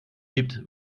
gibt